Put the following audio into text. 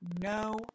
No